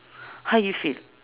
how you feel